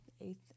eighth